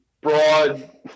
broad